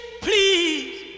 Please